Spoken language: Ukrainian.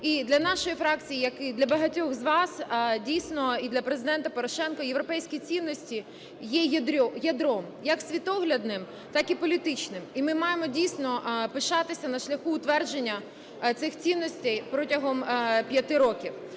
І для нашої фракції, як і для багатьох з вас, дійсно, і для Президента Порошенко, європейські цінності є ядром як світоглядним, так і політичним. І ми маємо дійсно пишатися на шляху утвердження цих цінностей протягом 5 років.